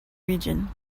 region